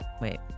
Wait